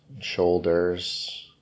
shoulders